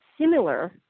similar